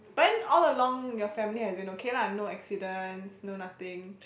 but then all along your family has been okay lah no accidents no nothing